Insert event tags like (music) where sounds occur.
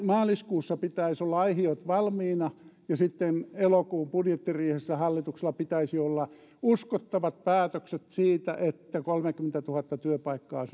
(unintelligible) maaliskuussa pitäisi olla aihiot valmiina ja sitten elokuun budjettiriihessä hallituksella pitäisi olla uskottavat päätökset siitä että kolmekymmentätuhatta työpaikkaa (unintelligible)